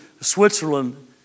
Switzerland